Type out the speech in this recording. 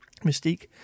Mystique